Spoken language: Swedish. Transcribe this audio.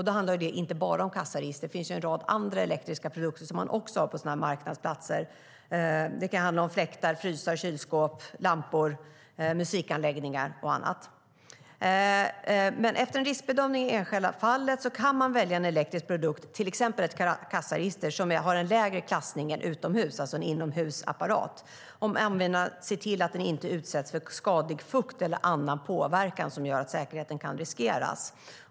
Då handlar det inte bara om kassaregister. Det finns en rad andra elektriska produkter som man också har på sina marknadsplatser. Det kan handla om fläktar, frysar, kylskåp, lampor, musikanläggningar och annat. Men efter en riskbedömning i det enskilda fallet kan man välja en elektrisk produkt, till exempel ett kassaregister, som har en lägre klassning än för att användas utomhus, alltså en inomhusapparat, om användaren ser till att den inte utsätts för skadlig fukt eller annan påverkan som gör att säkerheten kan riskeras.